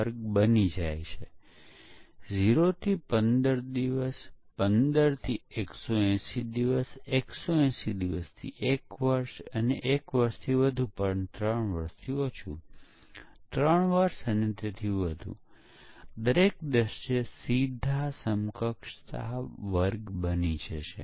વર્ષો વીતવા સાથે પરીક્ષણ મોટા પ્રમાણમાં જટિલ અને સુસંસ્કૃત બન્યું છે કારણ કે પ્રોગ્રામ પોતે પણ મોટા અને જટિલ બની રહ્યા છે